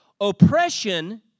Oppression